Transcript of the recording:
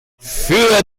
für